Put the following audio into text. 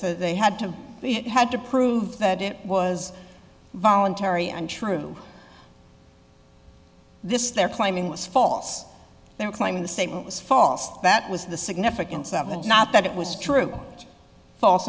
said they had to had to prove that it was voluntary and true this they're claiming was false then claiming the statement was false that was the significance of that not that it was true false